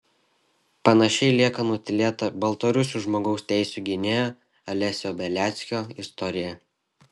panašiai lieka nutylėta baltarusių žmogaus teisių gynėjo alesio beliackio istorija